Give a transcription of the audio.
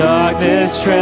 Darkness